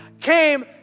came